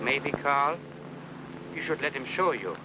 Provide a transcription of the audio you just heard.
maybe you should let him show you